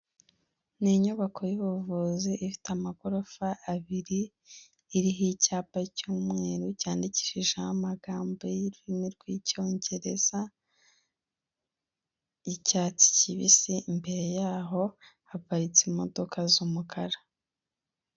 Ni inyubako y'ubuvuzi ifite amagorofa abiri, iriho icyapa cy'umweru cyandikishije amagambo y'ururimi rw'Icyongereza y'icyatsi kibisi, imbere yaho haparitse imodoka z'umukara.